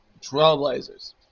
trailblazers